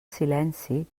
silenci